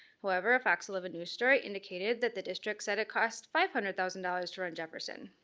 however, a fox eleven news story indicated that the district said it cost five hundred thousand dollars to run jefferson.